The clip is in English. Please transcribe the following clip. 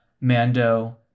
Mando